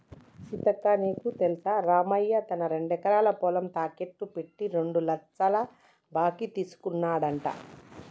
సీతక్క నీకు తెల్సా రామయ్య తన రెండెకరాల పొలం తాకెట్టు పెట్టి రెండు లచ్చల బాకీ తీసుకున్నాడంట